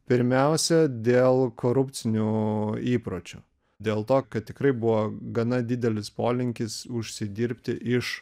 pirmiausia dėl korupcinių įpročių dėl to kad tikrai buvo gana didelis polinkis užsidirbti iš